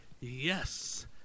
yes